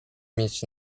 mieć